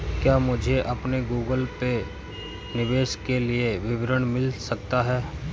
क्या मुझे अपने गूगल पे निवेश के लिए विवरण मिल सकता है?